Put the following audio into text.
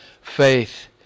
faith